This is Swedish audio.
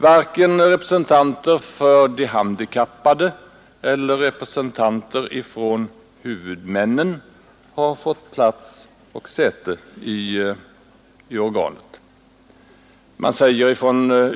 Varken representanter för de handikappade eller representanter för huvudmännen har fått säte och stämma i organet.